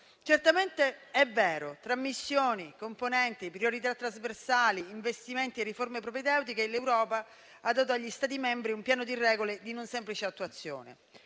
Certamente è vero: tra missioni, componenti, priorità trasversali, investimenti e riforme propedeutiche l'Europa ha dato agli Stati membri un piano di regole di non semplice attuazione;